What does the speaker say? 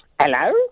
Hello